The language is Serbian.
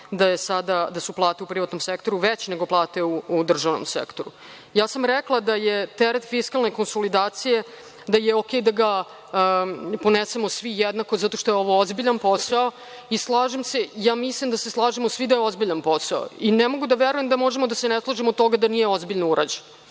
da su plate u privatnom sektoru veće nego plate u državnom sektoru. Ja sam rekla da teret fiskalne konsolidacije je okej da ga ponesemo svi jednako, zato što je ovo ozbiljan posao i slažem se, ja mislim da se slažemo svi da je ozbiljan posao. Ne mogu da verujem da možemo da se ne slažemo oko toga da nije ozbiljno urađen.